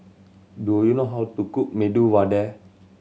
do you know how to cook Medu Vada